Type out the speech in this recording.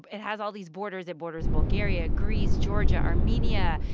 it has all these borders. it borders bulgaria, greece, georgia, armenia,